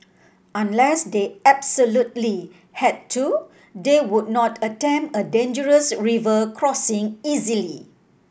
unless they absolutely had to they would not attempt a dangerous river crossing easily